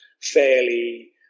fairly